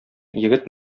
егет